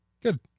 Good